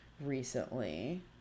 recently